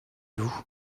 vous